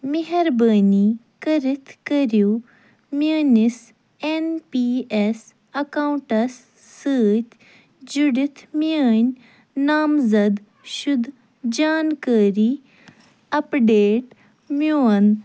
مہربٲنی کٔرِتھ کٔرِو میٛٲنِس ایٚن پی ایٚس ایٚکاونٛٹس سۭتۍ جُڑِتھ میٛٲنۍ نامزد شُدہ جانکٲری اپڈیٹ میٛون